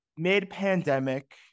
mid-pandemic